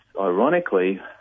ironically